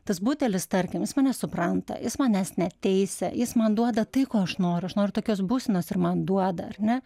tas butelis tarkim jis mane supranta jis manęs neteisia jis man duoda tai ko aš noriu aš noriu tokios būsenos ir man duoda ar ne